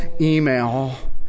email